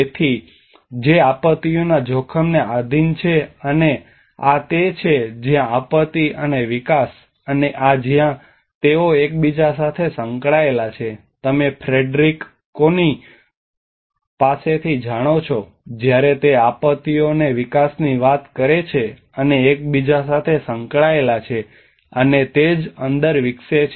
તેથી જે આપત્તિના જોખમને આધિન છે અને આ તે છે જ્યાં આપત્તિ અને વિકાસ અને આ જ્યાં તેઓ એકબીજા સાથે સંકળાયેલા છે તમે ફ્રેડરિક કોની પાસેથી જાણો છો જ્યારે તે આપત્તિઓ અને વિકાસની વાત કરે છે અને એકબીજા સાથે સંકળાયેલા છે અને તે જ અંદર વિકસે છે